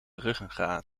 ruggengraat